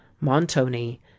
montoni